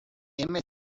emma